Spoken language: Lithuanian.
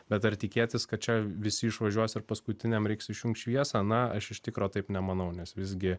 bet ar tikėtis kad čia visi išvažiuos ir paskutiniam reiks išjungt šviesą na aš iš tikro taip nemanau nes visgi